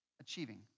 Achieving